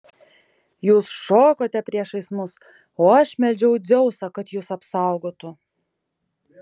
jūs šokote priešais mus o aš meldžiau dzeusą kad jus apsaugotų